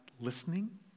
listening